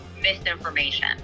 misinformation